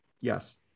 Yes